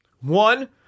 One